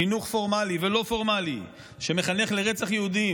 חינוך פורמלי ולא פורמלי שמחנך לרצח יהודים,